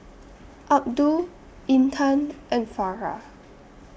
Abdul Intan and Farah